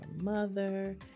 mother